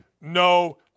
no